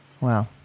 Wow